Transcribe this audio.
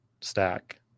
stack